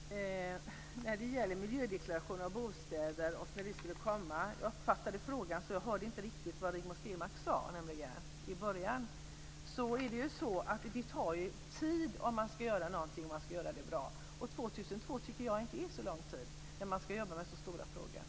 Herr talman! När det gäller miljödeklaration av bostäder och tidpunkten för när en sådan kommer hörde jag inte riktigt vad Rigmor Stenmark sade i början. Om man ska göra något och ska göra det bra så tar det tid. Fram till år 2002 tycker jag inte är så lång tid när man ska jobba med så stora frågor.